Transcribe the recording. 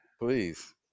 Please